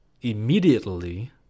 immediately